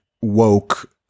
woke